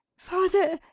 father,